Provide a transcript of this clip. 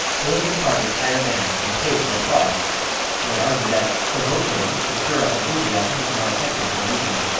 political parties hire bands, and pay for applause they argue that, for vote-getting, to stir up enthusiasm is more effective than reasoning.